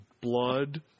blood